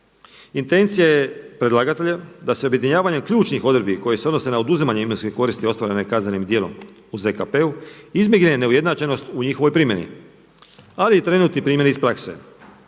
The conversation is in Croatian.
Intencija je predlagatelja da se objedinjavanjem ključnih odredbi koje se odnose na oduzimanje imovinske koristi ostvarene kaznenim djelom u ZKP-u izbjegne neujednačenost u njihovoj primjeni, ali i trenutni primjer iz prakse